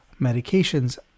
medications